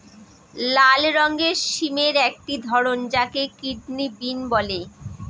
লাল রঙের সিমের একটি ধরন যাকে কিডনি বিন বলে